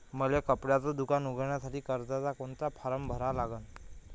मले कपड्याच दुकान उघडासाठी कर्जाचा कोनचा फारम भरा लागन?